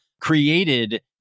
created